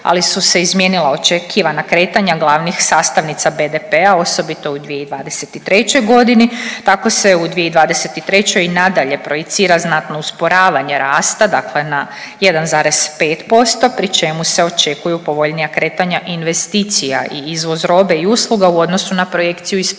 ali su se izmijenila očekivana kretanja glavnih sastavnica BDP-a osobito u 2023. godini. Tako se u 2023. i nadalje projicira znatno usporavanje rasta dakle na 1,5% pri čemu se očekuju povoljnija kretanja investicija i izvoz robe i usluga u odnosu na projekciju iz prosinca.